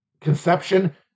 conception